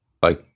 Bye